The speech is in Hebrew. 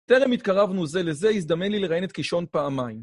טרם התקרבנו זה לזה, הזדמן לי לראיין את קישון פעמיים.